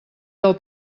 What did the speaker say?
del